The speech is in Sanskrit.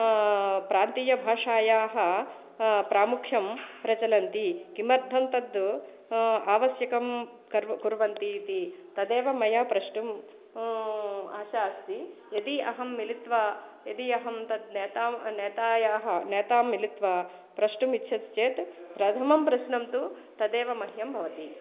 प्रान्तीयभाषायाः प्रामुख्यं प्रचलन्ति किमर्थं तत् आवश्यकं कर् कुर्वन्ति इति तदेव मया प्रष्टुं आशा अस्ति यदि अहं मिलित्वा यदि अहं तत् नेता नेतायाः नेतां मिलित्वा प्रष्टुम् इच्छसि चेत् प्रथमं प्रश्नं तु तदेव मह्यं भवति